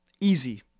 Easy